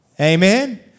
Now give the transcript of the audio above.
Amen